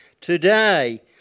today